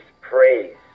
praise